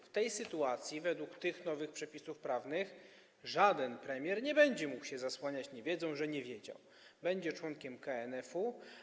W tej sytuacji, według nowych przepisów prawnych, żaden premier nie będzie mógł się zasłaniać niewiedzą, tym, że nie wiedział, bo będzie członkiem KNF-u.